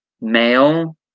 male